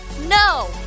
No